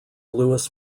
louis